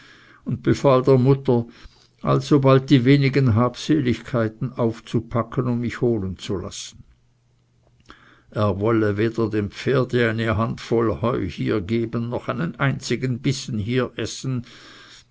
und befahl der mutter alsobald die wenigen habseligkeiten aufzupacken und mich holen zu lassen er wolle weder dem pferde eine handvoll heu hier geben noch einen einzigen bissen hier essen